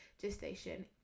gestation